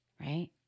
right